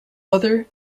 other